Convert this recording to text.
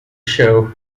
show